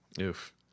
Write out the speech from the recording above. Oof